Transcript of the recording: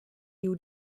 you